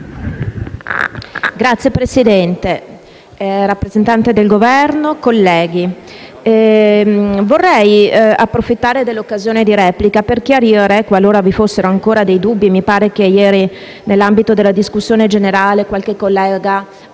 Signor Presidente, rappresentante del Governo, colleghi, vorrei approfittare dell'occasione di questa replica per fornire dei chiarimenti, qualora vi fossero ancora dei dubbi, perché mi pare che ieri, nell'ambito della discussione generale qualche collega,